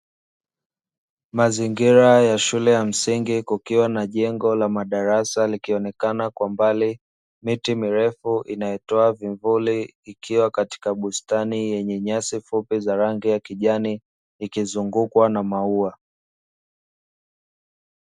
Mazingira ya shule ya msingi kukiwa na jengo la madarasa likionekana kwa mbali miti mirefu inayotoa vivuli ikiwa katika bustani yenye nyasi fupi za rangi ya kijani ikizungukwa na maua.